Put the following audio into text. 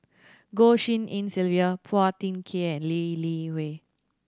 Goh Tshin En Sylvia Phua Thin Kiay and Lee Li Hui